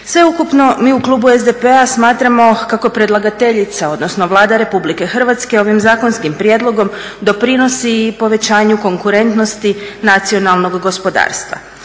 Sve ukupno mi u klubu SDP-a smatramo kako je predlagateljica odnosno Vlada RH ovim zakonskim prijedlogom doprinosi i povećanju konkurentnosti nacionalnog gospodarstva.